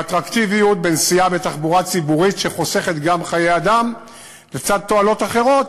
ואטרקטיביות הנסיעה בתחבורה ציבורית חוסכת גם חיי אדם לצד תועלות אחרות.